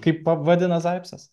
kaip pavadina zaipcas